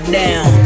down